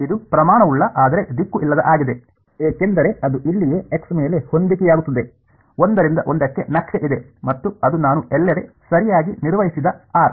ಇದು ಪ್ರಮಾಣವುಳ್ಳ ಆದರೆ ದಿಕ್ಕು ಇಲ್ಲದ ಆಗಿದೆ ಏಕೆಂದರೆ ಅದು ಇಲ್ಲಿಯೇ x ಮೇಲೆ ಹೊಂದಿಕೆಯಾಗುತ್ತದೆ ಒಂದರಿಂದ ಒಂದಕ್ಕೆ ನಕ್ಷೆ ಇದೆ ಮತ್ತು ಅದು ನಾನು ಎಲ್ಲೆಡೆ ಸರಿಯಾಗಿ ನಿರ್ವಹಿಸಿದ r